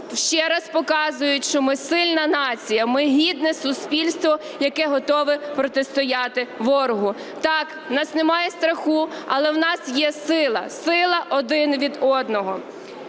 ще раз показують, що ми сильна нація, ми гідне суспільство, яке готове протистояти ворогу. Так, у нас немає страху, але у нас є сила – сила один від одного.